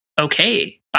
okay